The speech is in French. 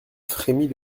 frémit